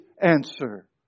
answer